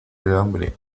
hambre